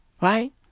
Right